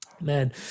man